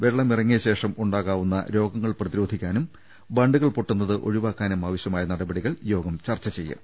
വെള്ളമിറങ്ങിയ ശേഷം ഉണ്ടാ കാവുന്ന രോഗങ്ങൾ പ്രതിരോധിക്കാനും ബണ്ടുകൾ പൊട്ടുന്നത് ഒഴിവാക്കാനുമാവശ്യമായ നടപടികൾ യോഗം ചർച്ച ചെയ്യും